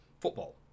football